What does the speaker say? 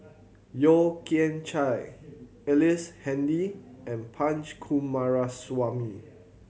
Yeo Kian Chye Ellice Handy and Punch Coomaraswamy